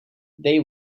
they